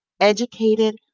educated